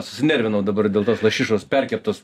susinervinau dabar dėl tos lašišos perkeptos